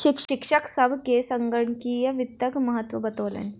शिक्षक सभ के संगणकीय वित्तक महत्त्व बतौलैन